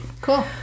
Cool